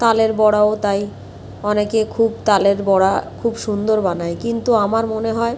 তালের বড়াও তাই অনেকে খুব তালের বড়া খুব সুন্দর বানায় কিন্তু আমার মনে হয়